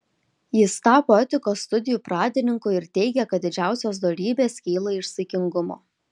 jis tapo etikos studijų pradininku ir teigė kad didžiausios dorybės kyla iš saikingumo